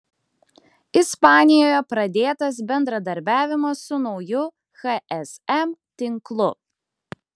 ispanijoje pradėtas bendradarbiavimas su nauju hsm tinklu